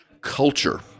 culture